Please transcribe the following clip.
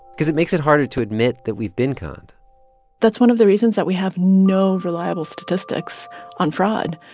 cause it makes it harder to admit that we've been conned that's one of the reasons that we have no reliable statistics on fraud.